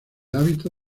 hábito